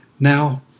Now